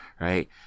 right